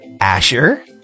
Asher